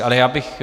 Ale já bych...